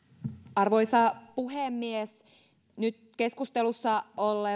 arvoisa puhemies nyt keskustelussa